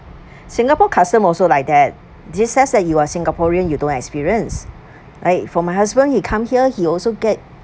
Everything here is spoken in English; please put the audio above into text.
singapore customs also like that is this such that you are singaporean you don't experience eh for my husband he come here he also get